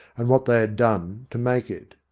and what they had done to make it.